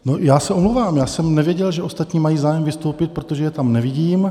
No, já se omlouvám, já jsem nevěděl, že ostatní mají zájem vystoupit, protože je tam nevidím.